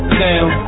down